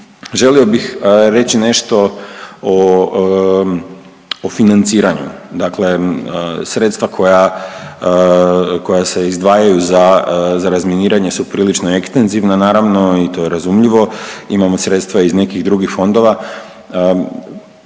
želio bih reći nešto o, o financiranju, dakle sredstva koja, koja se izdvajaju za, za razminiranje su prilično ekstenzivna, naravno i to je razumljivo, imamo sredstva iz nekih drugih fondova.